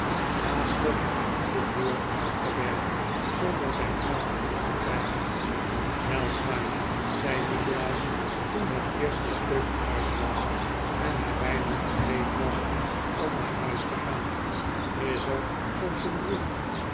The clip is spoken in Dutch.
haastig de deur uit gewerkt zonder zijn geld terug te krijgen wel smike zei nikolaas toen het eerste stuk uit was en hij bijna gereed was om naar huis te gaan is er soms een brief